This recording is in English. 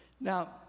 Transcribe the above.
Now